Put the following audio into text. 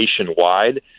nationwide